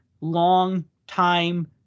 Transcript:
long-time